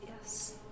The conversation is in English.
Yes